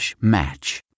match